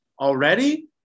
already